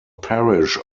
parish